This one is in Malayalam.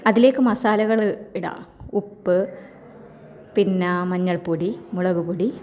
അതിലേക്ക് മസാലകള് ഇടാം ഉപ്പ് പിന്നെ മഞ്ഞൾപ്പൊടി മുളക് പൊടി